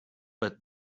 but